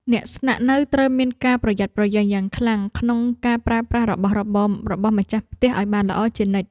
អ្នកស្នាក់នៅត្រូវមានការប្រយ័ត្នប្រយែងយ៉ាងខ្លាំងក្នុងការប្រើប្រាស់របស់របររបស់ម្ចាស់ផ្ទះឱ្យបានល្អជានិច្ច។